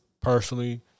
personally